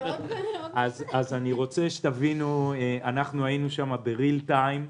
אז אני רוצה שתבינו - אנחנו היינו שם ב-real time.